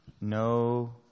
No